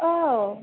औ